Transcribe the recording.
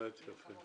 באמת יפה.